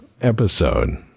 episode